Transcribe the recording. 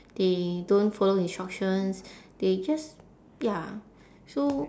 they don't follow instructions they just ya so